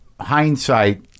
hindsight